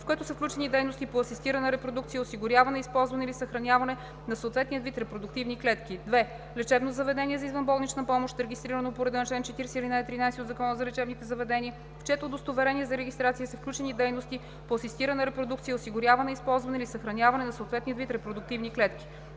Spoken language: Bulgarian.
в което са включени дейности по асистирана репродукция, осигуряване, използване или съхраняване на съответния вид репродуктивни клетки; 2. лечебно заведение за извънболнична помощ, регистрирано по реда на чл. 40, ал. 13 от Закона за лечебните заведения, в чието удостоверение за регистрация са включени дейности по асистирана репродукция, осигуряване, използване или съхраняване на съответния вид репродуктивни клетки;